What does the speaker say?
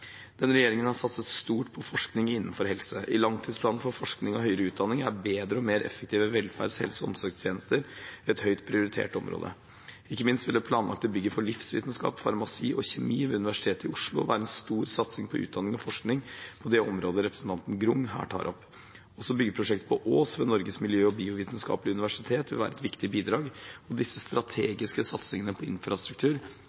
Denne regjeringen har satset stort på forskning innenfor helse. I langtidsplanen for forskning og høyere utdanning er bedre og mer effektive velferds-, helse- og omsorgstjenester et høyt prioritert område. Ikke minst vil det planlagte bygget for livsvitenskap, farmasi og kjemi ved Universitetet i Oslo være en stor satsing på utdanning og forskning på det området representanten Grung her tar opp. Også byggeprosjektet på Ås ved Norges miljø- og biovitenskapelige universitet vil være et viktig bidrag, og disse